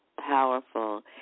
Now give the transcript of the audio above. powerful